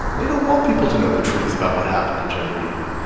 they don't want people to know the truth about what happened to jim reeb.